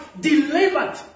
delivered